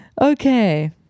Okay